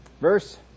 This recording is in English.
Verse